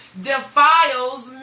defiles